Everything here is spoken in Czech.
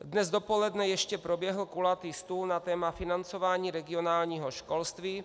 Dnes dopoledne ještě proběhl kulatý stůl na téma financování regionálního školství.